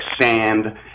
sand